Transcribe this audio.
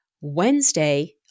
Wednesday